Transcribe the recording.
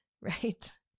right